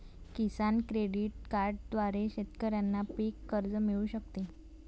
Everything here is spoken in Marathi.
किसान क्रेडिट कार्डद्वारे शेतकऱ्यांना पीक कर्ज मिळू शकते